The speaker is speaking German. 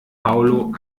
paulo